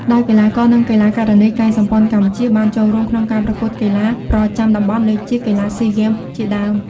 ដោយកីឡាករ និង កីឡាការិនីកាយសម្ព័ន្ធកម្ពុជាបានចូលរួមក្នុងការប្រកួតកីឡាប្រចាំតំបន់ដូចជា កីឡាស៊ីហ្គេម (SEA Games) ជាដើម។